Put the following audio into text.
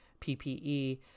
PPE